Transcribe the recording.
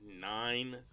nine